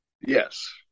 Yes